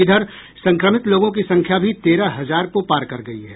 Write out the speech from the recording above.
इधर संक्रमित लोगों की संख्या भी तेरह हजार को पार कर गयी है